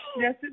Yes